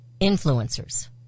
Influencers